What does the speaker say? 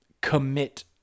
commit